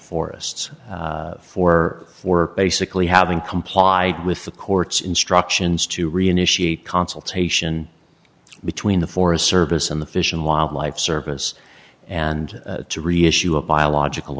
forests for or basically having complied with the court's instructions to reinitiate consultation between the forest service and the fish and wildlife service and to reissue a biological